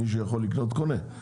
מי שיכול לקנות, קונה.